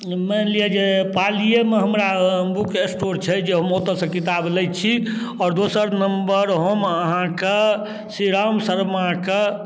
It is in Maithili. मानि लिऽ जे पालियेमे हमरा बुक स्टोर छै जे हम ओतऽसँ किताब लै छी आओर दोसर नम्बर हम अहाँके श्री राम शर्माके